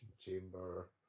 chamber